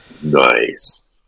Nice